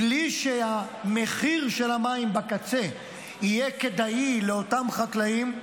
בלי שהמחיר של המים בקצה יהיה כדאי לאותם חקלאים,